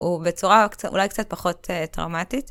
ובצורה אולי קצת פחות טראומטית